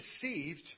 deceived